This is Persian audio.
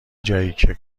جاییکه